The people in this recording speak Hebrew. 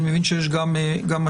אני מבין שיש גם מצגת.